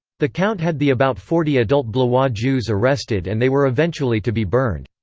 the count had the about forty adult blois jews arrested and they were eventually to be burned.